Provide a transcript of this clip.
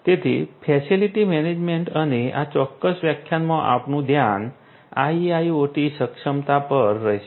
તેથી facility management અને આ ચોક્કસ વ્યાખ્યાનમાં આપણું ધ્યાન IIoT સક્ષમતા પર રહેશે